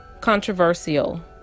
controversial